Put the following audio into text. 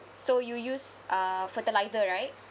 so you use uh fertilizer right